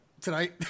tonight